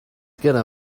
gonna